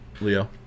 Leo